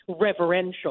reverential